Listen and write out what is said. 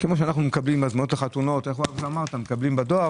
ואת מה שמותר ואסור לדואר